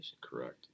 correct